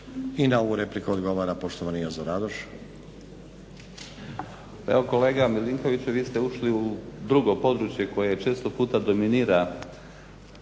I na ovu repliku odgovara poštovani Jozo Radoš. **Radoš, Jozo (HNS)** Pa evo kolega Milinkoviću vi ste ušli u drugo područje koje često puta dominira